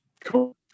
Cool